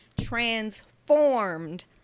transformed